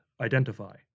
identify